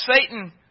Satan